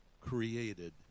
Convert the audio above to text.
created